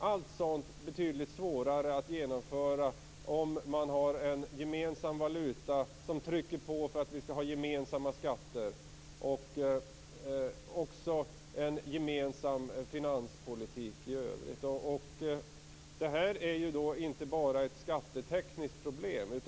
Allt sådant blir betydligt svårare att genomföra om man har en gemensam valuta som gör att man trycker på att vi skall ha gemensamma skatter och en gemensam finanspolitik i övrigt. Det här är inte bara ett skattetekniskt problem.